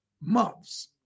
months